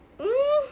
mm